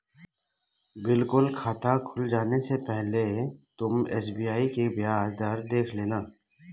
बिल्कुल खाता खुल जाने से पहले तुम एस.बी.आई की ब्याज दर देख लेना